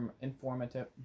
informative